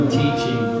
teaching